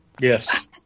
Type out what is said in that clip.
Yes